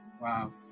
Wow